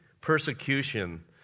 persecution